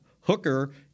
Hooker